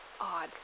odd